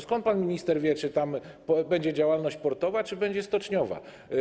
Skąd pan minister wie, czy tam będzie działalność portowa, czy będzie działalność stoczniowa?